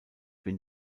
bin